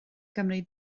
gymryd